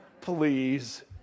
Please